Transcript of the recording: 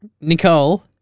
Nicole